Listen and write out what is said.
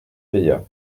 paya